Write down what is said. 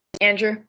Andrew